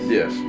Yes